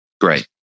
Great